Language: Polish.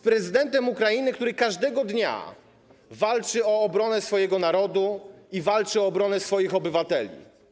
Prezydentem Ukrainy, który każdego dnia walczy o obronę swojego narodu i walczy o obronę swoich obywateli.